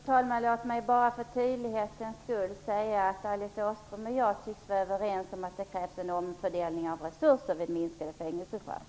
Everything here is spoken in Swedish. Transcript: Fru talman! För tydlighetens skull vill jag bara säga att Alice Åström och jag tycks vara överens om att det krävs en omfördelning av resurserna vid minskade fängelsestraff.